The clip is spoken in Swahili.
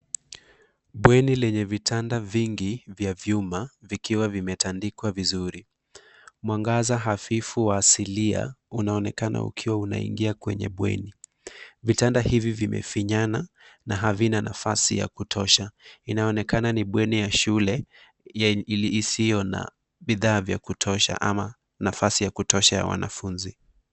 Bweni lenye vitanda vingi vya vhuma vikiwa vimetandikwa vizuri, mwangaza hafifu wa asillia unaonekana unaingia kwenye bweni. Vitanda hivi vimefinyana na havina nafasi ya kutosha. Inaonekana ni bweni ya shule isiyo na bidhaa ya kutosha ama nafasi ya kutosha ya wanafunzi.